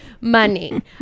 money